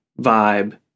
vibe